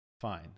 fine